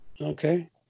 Okay